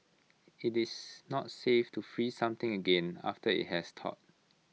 IT is not safe to freeze something again after IT has thawed